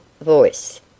voice